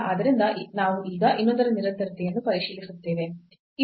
ಆದ್ದರಿಂದ ನಾವು ಈಗ ಇನ್ನೊಂದರ ನಿರಂತರತೆಯನ್ನು ಪರಿಶೀಲಿಸುತ್ತೇವೆ